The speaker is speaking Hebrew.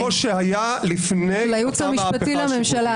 -- כמו שהיה לפני המהפכה השיפוטית.